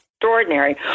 extraordinary